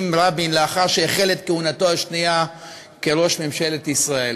רבין לאחר שהחל את כהונתו השנייה כראש ממשלת ישראל.